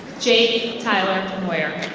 jade tyler moyer.